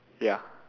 ya